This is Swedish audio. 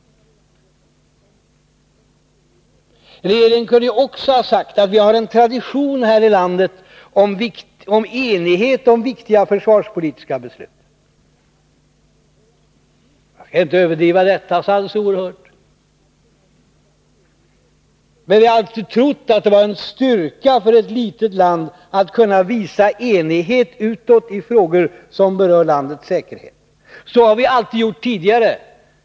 Regeringen kunde också ha sagt: Vi har en tradition här i landet, som innebär att vi skall ha enighet om viktiga försvarspolitiska beslut. — Jag skall inte överdriva detta så oerhört, men vi har alltid trott att det var en styrka för ett litet land att kunna visa enighet utåt i frågor som berör landets säkerhet. Så har vi alltid gjort tidigare.